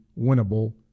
winnable